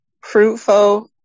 fruitful